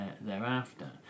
thereafter